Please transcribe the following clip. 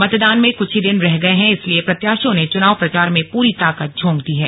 मतदान में क्छ ही दिन रह गए हैं इसलिए प्रत्याशियों ने चुनाव प्रचार में पूरी ताकत झोंक दी है